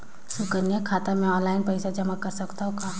सुकन्या खाता मे ऑनलाइन पईसा जमा कर सकथव का?